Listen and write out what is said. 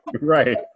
right